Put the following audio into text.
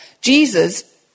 Jesus